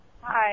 Hi